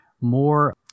more